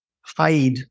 hide